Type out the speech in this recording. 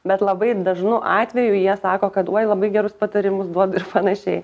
bet labai dažnu atveju jie sako kad uoi labai gerus patarimus duoti ir panašiai